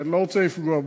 כי אני לא רוצה לפגוע בו,